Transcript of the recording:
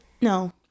no